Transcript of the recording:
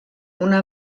una